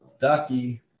Ducky